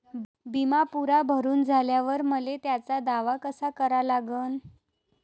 बिमा पुरा भरून झाल्यावर मले त्याचा दावा कसा करा लागन?